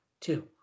two